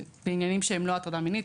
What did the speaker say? בעניינים שהם לא הטרדה מינית.